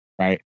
Right